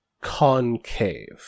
concave